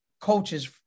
coaches